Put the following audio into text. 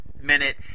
minute